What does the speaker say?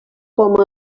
com